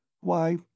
Why